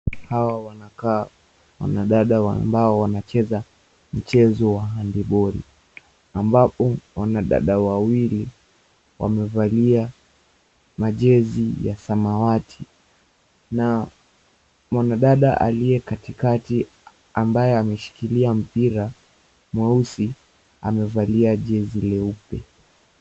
Hawa wanakaa wanadada ambao wanacheza mchezo wa handi boli ambapo wanadada wawili wamevalia majezi ya samawati na mwanadada aliye katikati ambaye ameshikilia mpira mweusi amevalia jezi leupe.